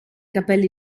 capelli